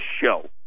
show